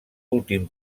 últim